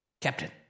Captain